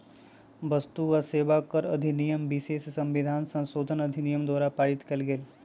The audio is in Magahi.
वस्तु आ सेवा कर अधिनियम विशेष संविधान संशोधन अधिनियम द्वारा पारित कएल गेल